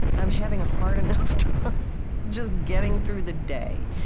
i'm having a hard-enough time just getting through the day.